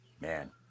Man